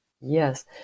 Yes